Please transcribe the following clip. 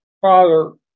father